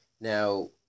Now